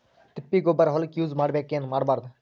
ತಿಪ್ಪಿಗೊಬ್ಬರ ಹೊಲಕ ಯೂಸ್ ಮಾಡಬೇಕೆನ್ ಮಾಡಬಾರದು?